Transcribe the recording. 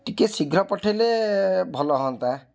ଟିକେ ଶୀଘ୍ର ପଠାଇଲେ ଭଲ ହୁଅନ୍ତା